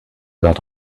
got